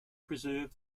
preserve